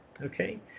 Okay